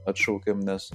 atšaukėm nes